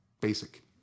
Basic